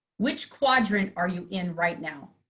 which quadrant are you in right now?